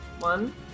One